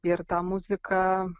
ir ta muzika